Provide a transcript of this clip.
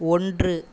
ஒன்று